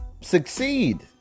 succeed